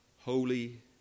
holy